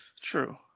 True